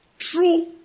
true